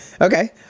okay